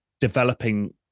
developing